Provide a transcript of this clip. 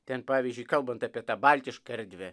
ten pavyzdžiui kalbant apie tą baltišką erdvę